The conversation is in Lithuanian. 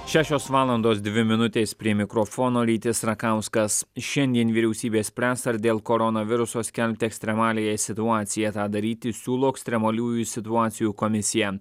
šešios valandos dvi minutės prie mikrofono rytis rakauskas šiandien vyriausybė spręs ar dėl koronaviruso skelbti ekstremaliąją situaciją tą daryti siūlo ekstremaliųjų situacijų komisija